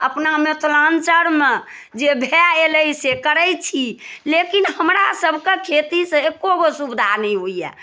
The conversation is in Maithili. अपनामे मिथलाञ्चरमे जे भए अयलै से करै छी लेकिन हमरा सबके खेतीसँ एक्को गो सुविधा नहि होइए